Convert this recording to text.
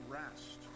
rest